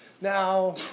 Now